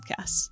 Podcasts